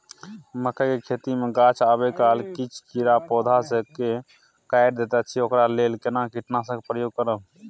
मकई के खेती मे गाछ आबै काल किछ कीरा पौधा स के काइट दैत अछि ओकरा लेल केना कीटनासक प्रयोग करब?